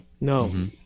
No